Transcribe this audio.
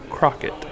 Crockett